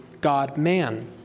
God-man